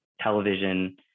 television